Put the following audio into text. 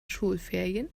schulferien